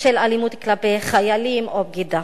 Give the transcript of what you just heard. אלימות כלפי חיילים או בגידה.